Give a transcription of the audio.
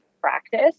practice